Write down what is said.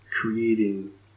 creating